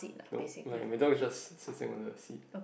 nope like madam is just sitting on the seat